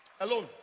Alone